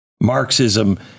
marxism